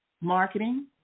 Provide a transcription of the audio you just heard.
Marketing